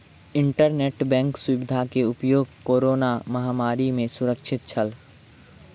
internet bank सुविधा के उपयोग कोरोना महामारी में सुरक्षित छल